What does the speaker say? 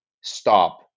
stop